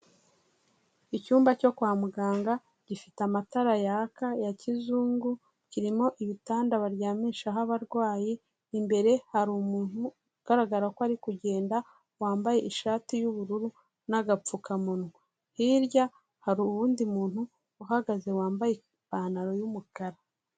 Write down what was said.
Icyumba cyo kwa muganga, gifite amatara yaka ya kizungu, kirimo ibitanda baryamishaho abarwayi, imbere hari umuntu ugaragara ko ari kugenda, wambaye ishati y'ubururu n'agapfukamunwa. Hirya hari uwundi muntu, uhagaze wambaye ipantaro y'umukara.